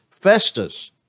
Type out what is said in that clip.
Festus